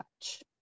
touch